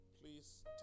Please